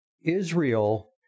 Israel